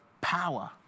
power